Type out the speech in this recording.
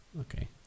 okay